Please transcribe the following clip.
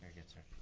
good, sir.